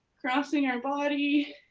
crossing our body.